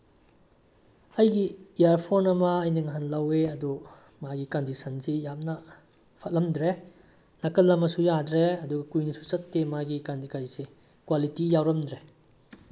ꯑꯩꯒꯤ ꯏꯌꯥꯔꯐꯣꯟ ꯑꯃ ꯑꯩꯅ ꯅꯍꯥꯟ ꯂꯧꯏ ꯑꯗꯨ ꯃꯥꯒꯤ ꯀꯟꯗꯤꯁꯟꯁꯤ ꯌꯥꯝꯅ ꯐꯠꯂꯝꯗ꯭ꯔꯦ ꯅꯥꯀꯜ ꯑꯃꯁꯨ ꯌꯥꯗ꯭ꯔꯦ ꯑꯗꯨꯒ ꯀꯨꯏꯅꯁꯨ ꯆꯠꯇꯦ ꯃꯥꯒꯤ ꯀ꯭ꯋꯥꯂꯤꯇꯤ ꯌꯥꯎꯔꯝꯗ꯭ꯔꯦ